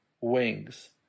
wings